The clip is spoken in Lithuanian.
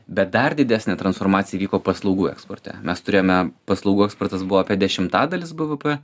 bet dar didesnė transformacija vyko paslaugų eksporte mes turėjome paslaugų eksportas buvo apie dešimtadalis bvp